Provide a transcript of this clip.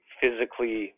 physically